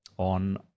on